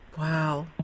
Wow